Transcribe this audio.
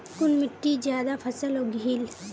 कुन मिट्टी ज्यादा फसल उगहिल?